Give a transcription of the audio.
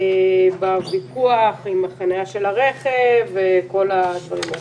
בוויכוח עם החניה של הרכב וכל הדברים האלה.